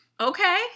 Okay